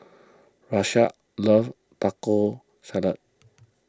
Rashad loves Taco Salad